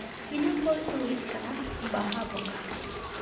ᱤᱱᱟᱹ ᱯᱚᱨ ᱫᱚ ᱦᱩᱭᱩᱜ ᱠᱟᱱᱟ ᱵᱟᱦᱟ ᱵᱚᱸᱜᱟ